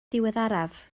diweddaraf